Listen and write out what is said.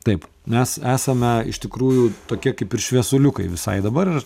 taip mes esame iš tikrųjų tokie kaip ir šviesuliukai visai dabar